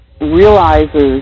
realizes